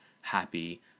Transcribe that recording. happy